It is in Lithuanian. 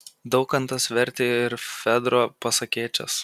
daukantas vertė ir fedro pasakėčias